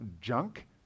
junk